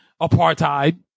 apartheid